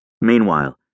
Meanwhile